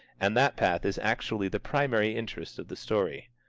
and that path is actually the primary interest of the story.